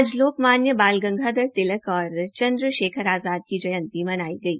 आज लोकमान्य बाल गंगाधरतिलक और चन्द्र शेखर की जयंती मनाई गई